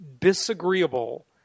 disagreeable